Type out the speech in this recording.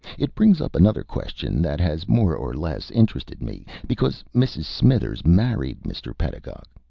it brings up another question that has more or less interested me. because mrs. smithers married mr. pedagog,